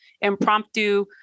Impromptu